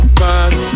pass